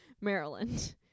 Maryland